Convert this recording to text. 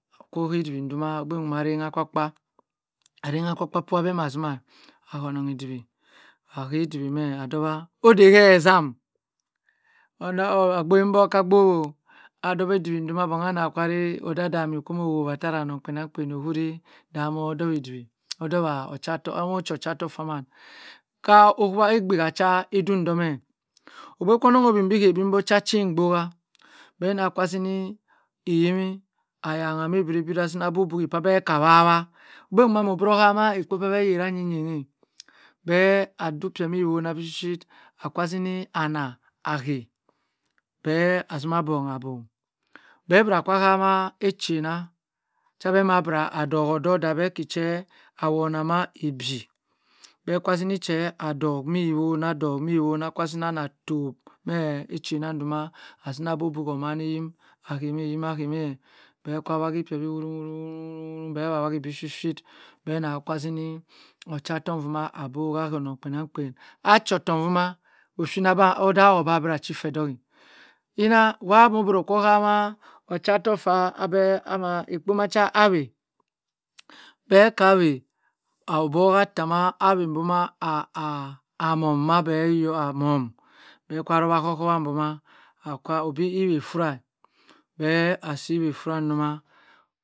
Okowey odiwi duma ogba ma a rangh okpakpa arangha kpakpa abema zima e a honong ediwi aha ediwi meh adowo odey hey ezam agbowingboka agbowo adowa ediwi duma bong aka ray odadami ko mo woha tara onong kpien angkpien ohuri da moh doway ediwi odowa ochaok, omoh ochatok saman kah owoha agbe ha cha edung do meh ogbe so nong omob beni bi onoh chi achien gboha be ma ka zini eyimi ayangha ma birabi anah zima abububi ka waha ogbe duma moh biroh hama ekpo abeh yeri anyini beh adu pher mi wona bi shi shi aka zini anah ahe beh azima bongha bom beh bira ka hama echena che beh ma abri doho do beh aki che awona ma ibieh beh kwa zini seh adoh mi woma doh mɔ̃ wonah aka zini anaa toohp meh echena duma azini abubuhi omani inyimi a hey meh bh kwa wahi pie bi woho woho who beh wha wha hi bi shi shi beh nah ka zini ochatok duma abowa onong kpienangkpien a chotok duma oshini odaho abria chi se dohe yina wha abogoro okoh hawah ochatok ka abeh tawa awe duma aa muma beh aka weh owe boho tuwa awe duma aa muma beh yo amum beh kwa rowa ahohowa duma akwa obi ie ofira beh asi owifra duma.